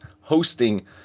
hosting